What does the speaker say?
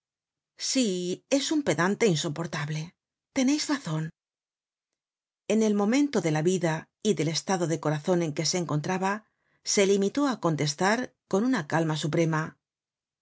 sí es un pedante insoportable teneis raíon en el momento de ja vida y del estado de corazon en que se encontraba se limitó á contestar con una calma suprema